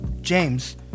James